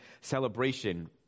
celebration